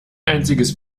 einziges